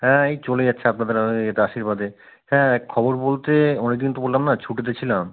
হ্যাঁ এই চলে যাচ্ছে আপনাদের আশীর্বাদে হ্যাঁ খবর বলতে অনেকদিন তো বললাম না ছুটিতে ছিলাম